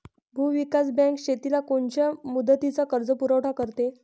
भूविकास बँक शेतीला कोनच्या मुदतीचा कर्जपुरवठा करते?